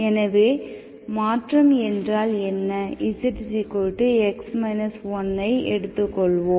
எனவே மாற்றம் என்றால் என்ன z x 1 ஐஎடுத்துக்கொள்வோம்